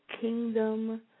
kingdom